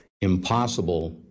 impossible